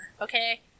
okay